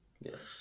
Yes